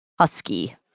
husky